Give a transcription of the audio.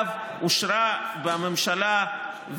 שזה לכאורה הדבר הכי טבעי לכל שר